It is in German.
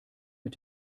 mit